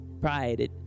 Pride